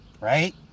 right